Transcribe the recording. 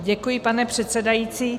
Děkuji, pane předsedající.